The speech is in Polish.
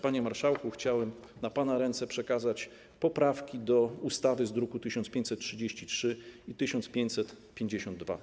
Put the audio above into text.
Panie marszałku, chciałem na pana ręce przekazać poprawki do projektu ustawy, druki nr 1533 i 1552.